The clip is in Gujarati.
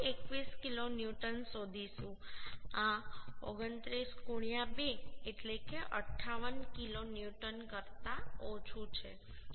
21 કિલોન્યુટન શોધીશું આ 29 2 એટલે કે 58 કિલોન્યુટન કરતાં ઓછું છે